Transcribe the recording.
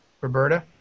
Roberta